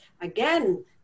again